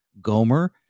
Gomer